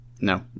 No